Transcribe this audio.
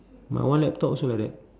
my one laptop also like that